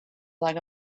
like